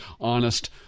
honest